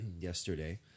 yesterday